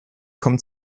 kommt